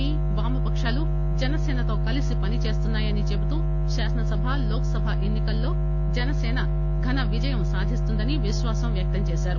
P వామపకాలు జనసీనతో కలిసి పనిచేస్తున్నాయని చెబుతూ కాసనసభ లోక్ సభ ఎన్ని కల్లో జనసేన ఘన విజయం సాధిస్తుందని విశ్వాసం వ్యక్తం చేశారు